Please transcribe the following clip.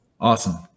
Awesome